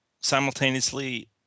simultaneously